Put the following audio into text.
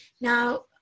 Now